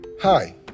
Hi